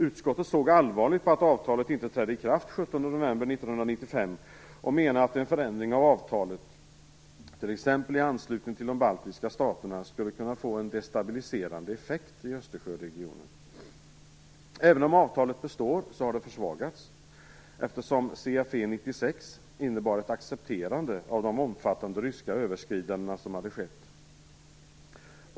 Utskottet såg allvarligt på att avtalet inte trädde i kraft den 17 november 1995 och menade att en förändring av avtalet, t.ex. i anslutning till de baltiska staterna, skulle kunna få en destabiliserande effekt i Östersjöregionen. Även om avtalet består har det försvagats, eftersom CFE 96 innebar ett accepterande av de omfattande ryska överskridanden som hade skett.